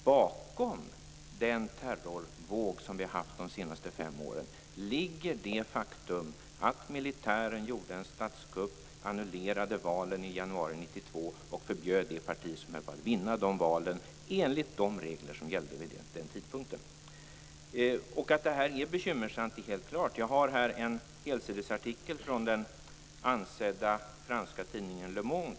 Bakom den terrorvåg som vi har haft de senaste fem åren ligger fortfarande det faktum att militären gjorde en statskupp, annullerade valen i januari 1992 och förbjöd det parti som höll på att vinna de valen enligt de regler som gällde vid den tidpunkten. Att detta är bekymmersamt är helt klart. Jag har här en helsidesartikel från den ansedda franska tidningen Le Monde.